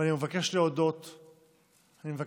ואני מבקש להודות לך,